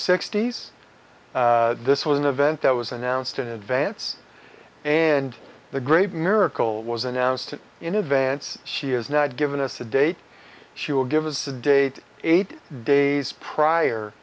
sixty's this was an event that was announced in advance and the great miracle was announced in advance she has not given us a date she will give us a date eight days prior